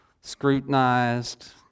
scrutinized